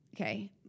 okay